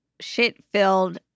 shit-filled